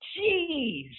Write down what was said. jeez